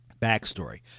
backstory